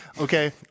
okay